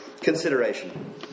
consideration